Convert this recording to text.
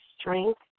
strength